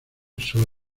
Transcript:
solo